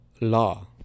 law